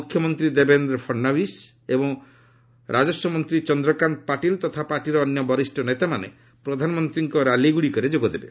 ମୁଖ୍ୟମନ୍ତ୍ରୀ ଦେବେନ୍ଦ୍ର ଫଡନାବିସ୍ ଏବଂ ରାଜସ୍ୱମନ୍ତ୍ରୀ ଚନ୍ଦ୍ରକାନ୍ତ ପାଟିଲ ତଥା ପାର୍ଟିର ଅନ୍ୟ ବରିଷ୍ଣ ନେତାମାନେ ପ୍ରଧାନମନ୍ତ୍ରୀଙ୍କ ର୍ୟାଲିଗୁଡ଼ିକରେ ଯୋଗଦେବେ